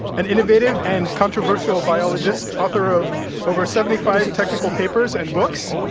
an innovative and controversial biologist, author of over seventy five technical papers and books